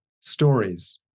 stories